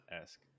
esque